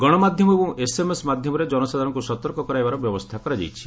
ଗଣମାଧ୍ୟମ ଏବଂ ଏସ୍ଏମ୍ଏସ୍ ମାଧ୍ୟମରେ ଜନସାଧାରଣଙ୍କୁ ସତର୍କ କରାଇବାର ବ୍ୟବସ୍ଥା କରାଯାଇଛି